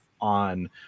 on